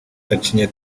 gacinya